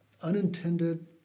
unintended